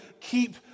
keep